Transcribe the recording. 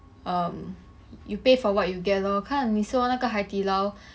um you pay for what you get lor 看你说那个海底捞